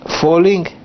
falling